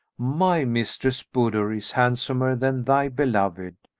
my mistress budur is handsomer than thy beloved!